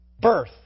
birth